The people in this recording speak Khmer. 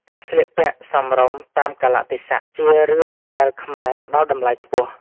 ការស្លៀកពាក់សមរម្យតាមកាលៈទេសៈ ជារឿងដែលខ្មែរផ្តល់តម្លៃខ្ពស់។